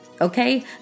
Okay